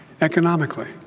economically